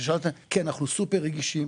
אנחנו סופר רגישים,